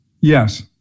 yes